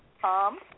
Tom